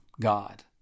God